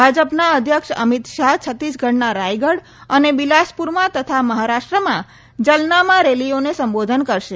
ભાજપના અધ્યક્ષ અમિત શાહ છત્તીસગઢના રાયગઢ અને બિલાસપુરમાં તથા મહારાષ્ટ્રમાં જલનામાં રેલીઓને સંબોધન કરશે